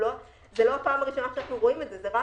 זו לא הפעם הראשונה שאנחנו רואים את זה.